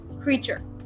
creature